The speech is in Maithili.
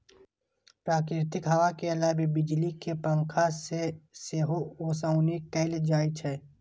प्राकृतिक हवा के अलावे बिजली के पंखा से सेहो ओसौनी कैल जाइ छै